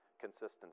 consistency